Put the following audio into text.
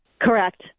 Correct